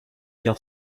car